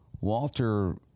Walter